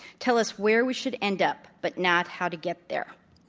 tell us where we should end up but not how to get there.